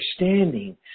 understanding